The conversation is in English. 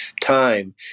time